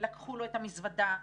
לקחו לו את המזוודה.